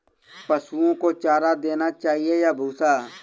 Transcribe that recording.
पशुओं को चारा देना चाहिए या भूसा?